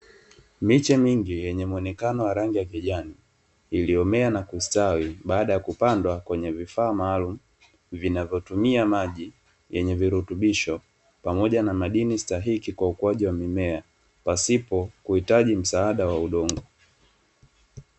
Miche mingi yenye mwonekano wa rangi ya kijani, iliyomea na kustawi baada ya kupandwa kwenye vifaa maalumu, vinavyotumia maji yenye virutubisho, pamoja na madini stahiki kwa ukuaji wa mimea, pasipo kuhitaji msaada a udongo.